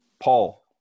Paul